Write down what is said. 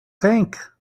think